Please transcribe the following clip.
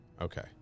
Okay